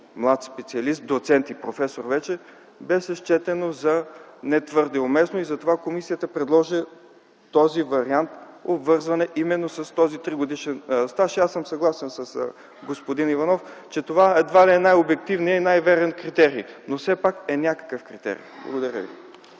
специалист – доцент и професор вече, беше счетено за не твърде уместно. Затова комисията предложи вариантът на обвързване с този тригодишен стаж. Аз съм съгласен с господин Иванов, че това едва ли е най-обективният и най-верен критерий, но все пак е някакъв критерий. Благодаря.